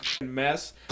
mess